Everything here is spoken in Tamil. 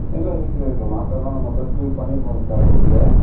இல்லை இருக்கு இருக்கு மாத்திரைலாம் நம்ம பிரிஸ்கிரிப் பண்ணிருக்கோங்க சார் உங்களுக்கு